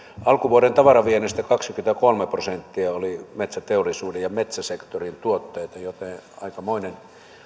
alkuvuoden tavaraviennistä kaksikymmentäkolme prosenttia oli metsäteollisuuden ja metsäsektorin tuotteita joten aikamoinen